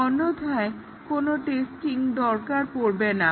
অন্যথায় কোনো টেস্টিং দরকার পড়বে না